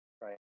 right